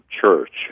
church